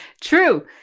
True